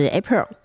April